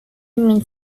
min